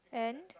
and